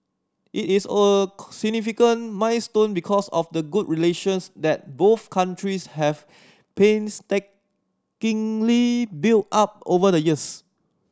it is a significant milestone because of the good relations that both countries have painstakingly built up over the years